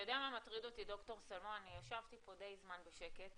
אני ישבתי כאן די זמן בשקט